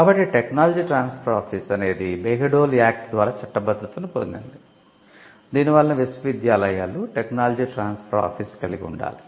కాబట్టి technology transfer office కలిగి ఉండాలి